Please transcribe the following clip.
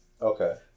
Okay